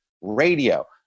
radio